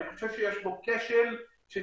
אני חושב שיש פה כשל שצריך